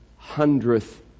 hundredth